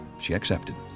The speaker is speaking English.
she accepted.